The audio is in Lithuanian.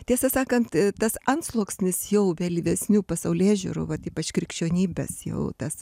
tiesą sakant tas antsluoksnis jau vėlyvesnių pasaulėžiūrų vat ypač krikščionybės jau tas